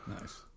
Nice